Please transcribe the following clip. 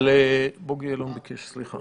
אבל בוגי יעלון ביקש, סליחה.